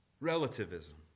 Relativism